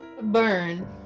burn